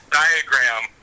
diagram